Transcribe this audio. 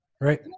Right